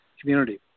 community